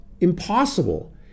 impossible